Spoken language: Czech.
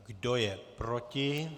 Kdo je proti?